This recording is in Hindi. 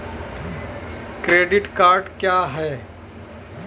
क्रेडिट कार्ड क्या है?